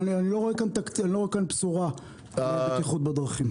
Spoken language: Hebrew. אני לא רואה כאן בשורה לבטיחות בדרכים.